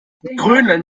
grönland